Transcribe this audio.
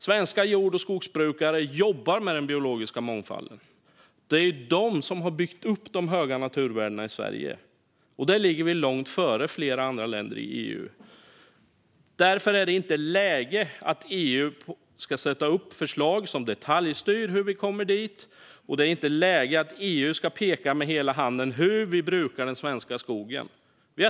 Svenska jord och skogsbrukare jobbar med den biologiska mångfalden. Det är de som har byggt upp de höga naturvärdena i Sverige, och där ligger vi långt före flera andra länder i EU. Därför är det inte läge för EU att sätta upp förslag som detaljstyr hur vi kommer dit, och det är inte läge för EU att peka med hela handen när det gäller hur vi ska bruka den svenska skogen.